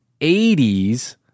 80s